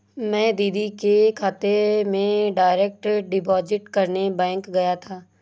मैं दीदी के खाते में डायरेक्ट डिपॉजिट करने बैंक गया था